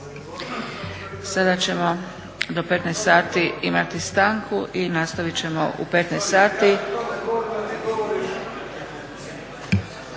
Sada ćemo do 15,00 sati imati stanku i nastaviti ćemo u 15,00 sati.